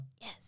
Yes